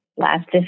Last